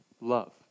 love